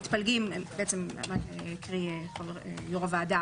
המתפלגים שהם יו"ר הוועדה,